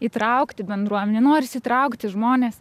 įtraukti bendruomenę norisi įtraukti žmones